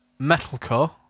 Metalcore